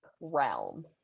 realm